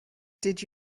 did